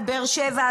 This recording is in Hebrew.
על באר שבע,